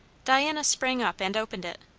diana sprang up and opened it.